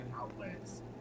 outlets